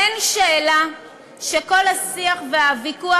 אין שאלה שכל השיח והוויכוח,